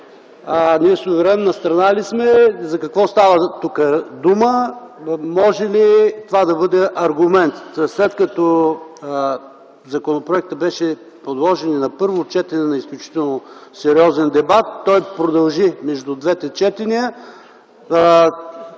Ние суверенна страна ли сме?! За какво става дума тук?! И може ли това да бъде аргумент?! Законопроектът беше подложен на първо четене на изключително сериозен дебат, той продължи между двете четения.